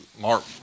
mark